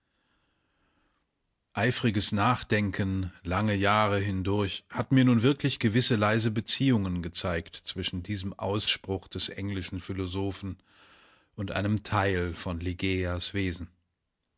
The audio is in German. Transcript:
eifriges nachdenken lange jahre hindurch hat mir nun wirklich gewisse leise beziehungen gezeigt zwischen diesem ausspruch des englischen philosophen und einem teil von ligeias wesen